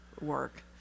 work